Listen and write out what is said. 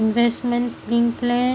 investment linked plan